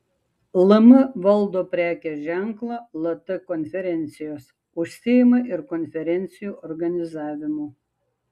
lm valdo prekės ženklą lt konferencijos užsiima ir konferencijų organizavimu